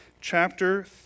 chapter